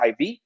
IV